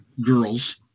girls